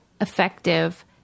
effective